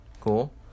Cool